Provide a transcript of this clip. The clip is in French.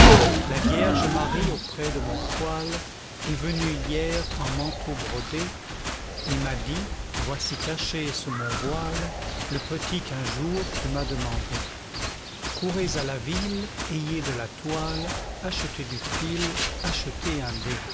la vierge marie auprès de mon poêle est venue hier en manteau brodé et m'a dit voici caché sous mon voile le petit qu'un jour tu m'as demandé courez à la ville ayez de la toile achetez du fil achetez